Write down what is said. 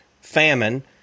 famine